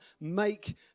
make